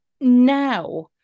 now